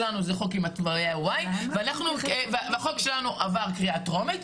שלנו זה חוק עם התוויה Y. החוק שלנו עבר קריאה טרומית,